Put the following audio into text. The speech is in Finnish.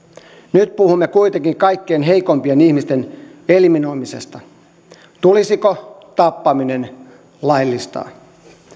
nyt puhumme kuitenkin kaikkein heikoimpien ihmisten eliminoimisesta tulisiko tappaminen laillistaa